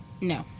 No